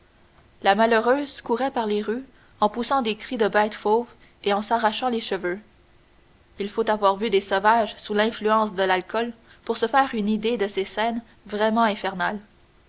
la malheureuse courait par les rues en poussant des cris de bête fauve et en s'arrachant les cheveux il faut avoir vu des sauvages sous l'influence de l'alcool pour se faire une idée de ces scènes vraiment infernales